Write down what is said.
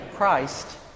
Christ